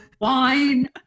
wine